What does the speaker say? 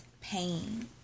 pain